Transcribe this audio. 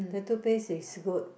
the toothpaste is good